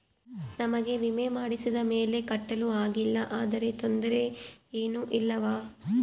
ನಮಗೆ ವಿಮೆ ಮಾಡಿಸಿದ ಮೇಲೆ ಕಟ್ಟಲು ಆಗಿಲ್ಲ ಆದರೆ ತೊಂದರೆ ಏನು ಇಲ್ಲವಾ?